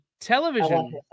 television